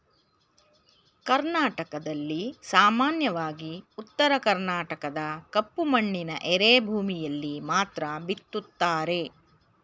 ಕರ್ನಾಟಕದಲ್ಲಿ ಸಾಮಾನ್ಯವಾಗಿ ಉತ್ತರ ಕರ್ಣಾಟಕದ ಕಪ್ಪು ಮಣ್ಣಿನ ಎರೆಭೂಮಿಯಲ್ಲಿ ಮಾತ್ರ ಬಿತ್ತುತ್ತಾರೆ